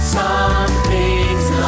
something's